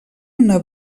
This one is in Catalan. una